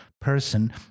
person